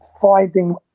finding